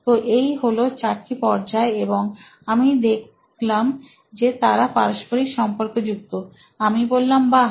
তো এই হল চারটি পর্যায় এবং আমি দেখলাম যে তারা পারস্পরিক সম্পর্ক যুক্ত এবং আমি বললাম বাহ